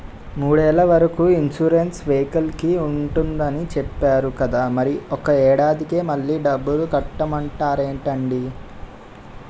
మూడేళ్ల వరకు ఇన్సురెన్సు వెహికల్కి ఉంటుందని చెప్పేరు కదా మరి ఒక్క ఏడాదికే మళ్ళి డబ్బులు కట్టమంటారేంటండీ?